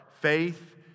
Faith